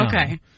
Okay